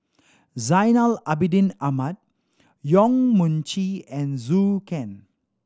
Zainal Abidin Ahmad Yong Mun Chee and Zhou Can